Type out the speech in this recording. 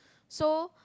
so